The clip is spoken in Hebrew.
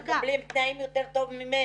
אתם מקבלים תנאים יותר טובים ממני.